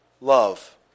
love